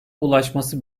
ulaşması